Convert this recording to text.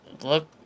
look